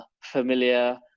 familiar